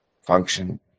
function